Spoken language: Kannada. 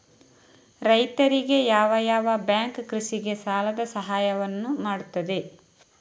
ರೈತರಿಗೆ ಯಾವ ಯಾವ ಬ್ಯಾಂಕ್ ಕೃಷಿಗೆ ಸಾಲದ ಸಹಾಯವನ್ನು ಮಾಡ್ತದೆ?